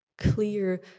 clear